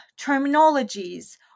terminologies